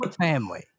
Family